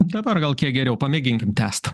dabar gal kiek geriau pamėginkim tęst